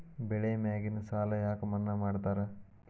ಬೆಳಿ ಮ್ಯಾಗಿನ ಸಾಲ ಯಾಕ ಮನ್ನಾ ಮಾಡ್ತಾರ?